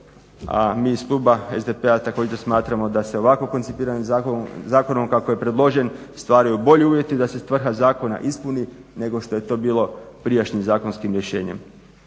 a mi iz kluba SDP-a također smatramo da se ovako koncipiranim zakonom kako je predložen stvaraju bolji uvjeti da se svrha zakona ispuni nego što je to bilo prijašnjim zakonskim rješenjem.